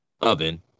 oven